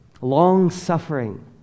long-suffering